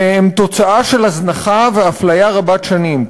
והם תוצאה של הזנחה ואפליה רבות שנים.